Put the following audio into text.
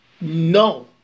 No